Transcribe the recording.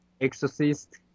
Exorcist